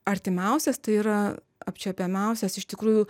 artimiausias tai yra apčiuopiamiausias iš tikrųjų